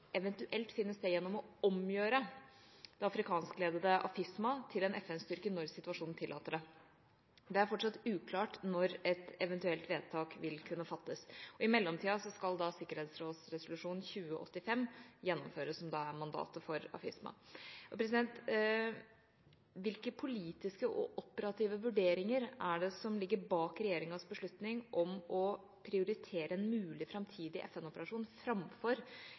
eventuelt finne sted gjennom å omgjøre det afrikanskledede AFISMA til en FN-styrke når situasjonen tillater det. Det er fortsatt uklart når et eventuelt vedtak vil kunne fattes. I mellomtida skal sikkerhetsrådsresolusjon 2085 gjennomføres, som da er mandatet for AFISMA. Hvilke politiske og operative vurderinger er det som ligger bak regjeringas beslutning om å prioritere en mulig framtidig FN-operasjon framfor